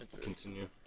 Continue